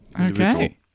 Okay